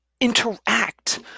interact